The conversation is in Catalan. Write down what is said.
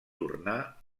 tornar